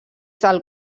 del